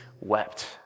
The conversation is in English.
wept